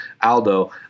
Aldo